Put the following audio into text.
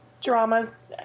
dramas